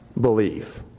believe